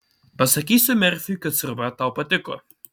pasakysiu merfiui kad sriuba tau patiko